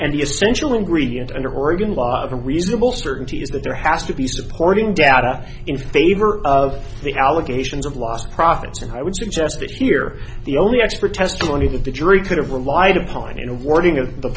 and the essential ingredient under oregon law a reasonable certainty is that there has to be supporting data in favor of the allegations of lost profits and i would suggest if you're the only expert testimony that the jury could have relied upon in wording of the